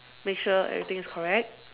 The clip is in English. make sure everything is correct